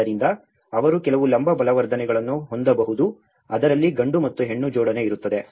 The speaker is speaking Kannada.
ಆದ್ದರಿಂದ ಅವರು ಕೆಲವು ಲಂಬ ಬಲವರ್ಧನೆಗಳನ್ನು ಹೊಂದಬಹುದು ಅದರಲ್ಲಿ ಗಂಡು ಮತ್ತು ಹೆಣ್ಣು ಜೋಡಣೆ ಇರುತ್ತದೆ